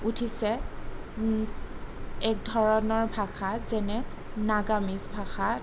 উঠিছে এক ধৰণৰ ভাষা যেনে নাগামিজ ভাষা